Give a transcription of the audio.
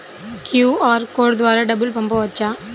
QR code ద్వారా డబ్బులు పంపవచ్చా?